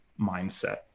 mindset